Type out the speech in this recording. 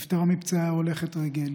נפטרה מפצעיה הולכת רגל,